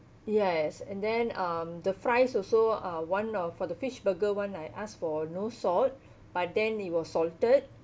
yes and then um the fries also uh one of for the fish burger [one] I ask for no salt but then it was salted